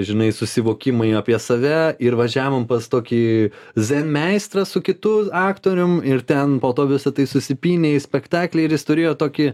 žinai susivokimui apie save ir važiavom pas tokį zen meistrą su kitu aktorium ir ten po to visa tai susipynė į spektaklį ir jis turėjo tokį